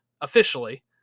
officially